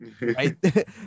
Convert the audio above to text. right